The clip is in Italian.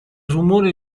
rumore